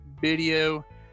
video